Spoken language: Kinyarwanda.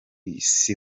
isi